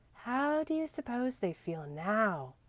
how do you suppose they feel now?